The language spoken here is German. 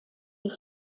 die